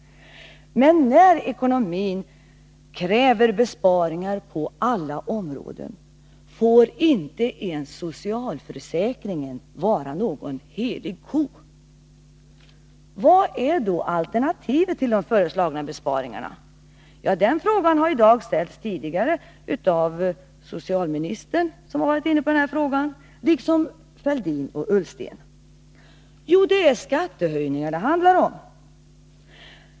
Men när ekonomin kräver besparingar på alla områden får inte ens socialförsäkringen vara någon helig ko. Vad är då alternativet till de föreslagna besparingarna? Den frågan har tidigare ställts av socialministern liksom av Thorbjörn Fälldin och Ola Ullsten. Jo, det är skattehöjningar.